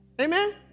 Amen